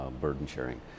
burden-sharing